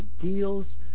deals